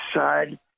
side